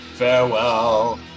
Farewell